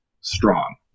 strong